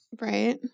right